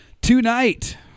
Tonight